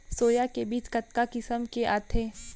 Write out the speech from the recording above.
Soya के बीज कतका किसम के आथे?